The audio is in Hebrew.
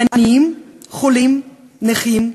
עניים, חולים, נכים,